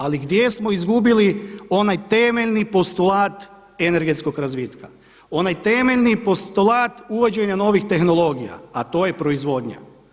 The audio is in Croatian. Ali gdje smo izgubili onaj temeljni postulat energetskog razvitka, onaj temeljni postolat uvođenja novih tehnologija a to je proizvodnja.